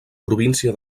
província